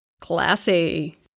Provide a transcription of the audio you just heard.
Classy